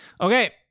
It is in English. okay